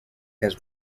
has